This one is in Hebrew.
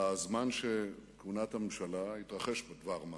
בזמן כהונת הממשלה התרחש דבר מה